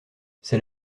c’est